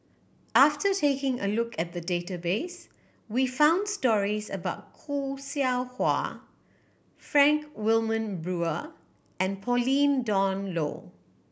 after taking a look at the database we found stories about Khoo Seow Hwa Frank Wilmin Brewer and Pauline Dawn Loh